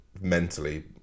mentally